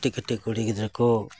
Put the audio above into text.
ᱠᱟᱹᱴᱤᱡᱼᱠᱟᱹᱴᱤᱡ ᱠᱩᱲᱤ ᱜᱤᱫᱽᱨᱟᱹ ᱠᱚ